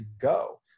go